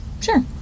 Sure